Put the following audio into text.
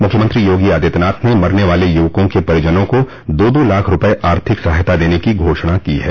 मुख्यमंत्री योगी आदित्यनाथ ने मरने वाले युवकों के परिजनों को दो दो लाख रुपये आर्थिक सहायता देने की घोषणा की है